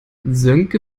sönke